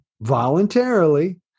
voluntarily